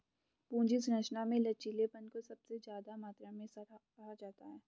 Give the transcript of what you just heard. पूंजी संरचना में लचीलेपन को सबसे ज्यादा मात्रा में सराहा जाता है